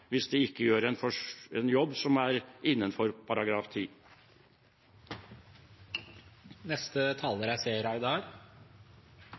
hvis de ikke gjør en jobb som er innenfor